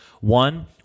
One